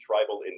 tribal